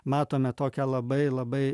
matome tokią labai labai